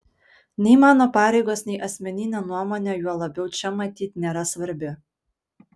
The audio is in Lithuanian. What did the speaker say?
nei mano pareigos nei asmeninė nuomonė juo labiau čia matyt nėra svarbi